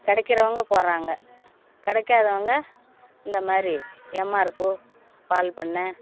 கிடைக்கிறவங்க போகிறாங்க கிடைக்காதவங்க இந்த மாதிரி எம்ஆர்ப்பு பால்பண்ணை